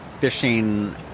fishing